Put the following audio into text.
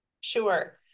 Sure